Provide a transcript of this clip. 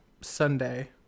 Sunday